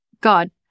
God